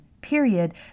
period